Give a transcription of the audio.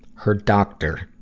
her doctor,